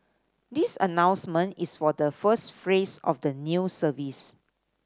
this announcement is for the first phrase of the new service